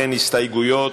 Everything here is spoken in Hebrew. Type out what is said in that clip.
אין הסתייגויות,